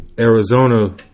Arizona